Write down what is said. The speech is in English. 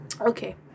Okay